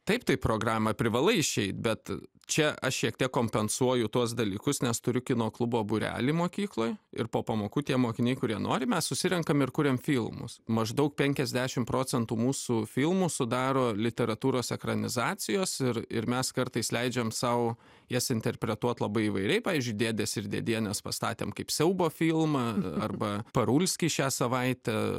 taip tai programą privalai išeit bet čia aš šiek tiek kompensuoju tuos dalykus nes turiu kino klubo būrelį mokykloj ir po pamokų tie mokiniai kurie nori mes susirenkam ir kuriam filmus maždaug penkiasdešim procentų mūsų filmų sudaro literatūros ekranizacijos ir ir mes kartais leidžiam sau jas interpretuot labai įvairiai pavyzdžiui dėdės ir dėdienės pastatėm kaip siaubo filmą arba parulskį šią savaitę